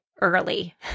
early